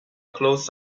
closed